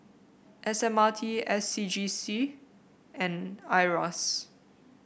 S M R T S C G C and Iras